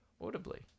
Audibly